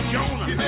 Jonah